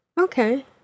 Okay